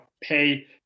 pay